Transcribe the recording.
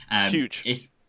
Huge